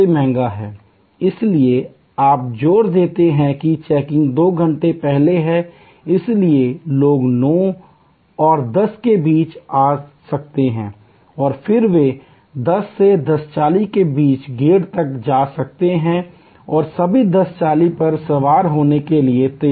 इसलिए आप जोर देते हैं कि चेकिंग दो घंटे पहले है इसलिए लोग 9 और 10 के बीच आ सकते हैं और फिर वे 10 से 1040 के बीच गेट तक जा सकते हैं और सभी 1040 पर सवार होने के लिए तैयार होंगे